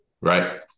right